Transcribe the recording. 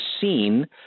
seen